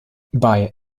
bei